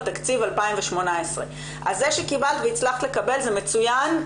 תקציב 2018. אז זה שקיבלת והצלחת לקבל זה מצוין,